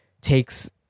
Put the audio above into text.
takes